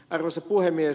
arvoisa puhemies